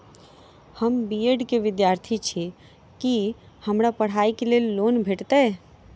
हम B Ed केँ विद्यार्थी छी, की हमरा पढ़ाई लेल लोन भेटतय?